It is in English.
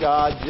God